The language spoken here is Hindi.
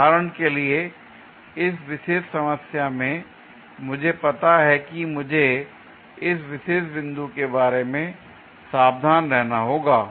उदाहरण के लिए इस विशेष समस्या में मुझे पता है कि मुझे इस विशेष बिंदु के बारे में सावधान रहना होगा